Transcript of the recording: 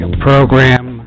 program